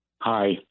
Hi